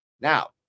Now